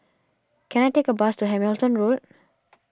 can I take a bus to Hamilton Road